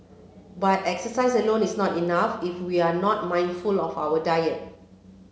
but exercise alone is not enough if we are not mindful of our diet